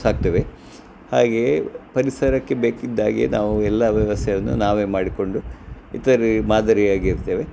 ಸಾಕ್ತೇವೆ ಹಾಗೆಯೇ ಪರಿಸರಕ್ಕೆ ಬೇಕಿದ್ದಾಗೆ ನಾವು ಎಲ್ಲ ವ್ಯವಸ್ಥೆಯನ್ನು ನಾವೇ ಮಾಡಿಕೊಂಡು ಇತರರಿಗೆ ಮಾದರಿಯಾಗಿರ್ತೇವೆ